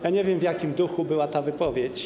Ja nie wiem, w jakim duchu była ta wypowiedź.